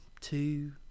two